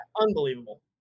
unbelievable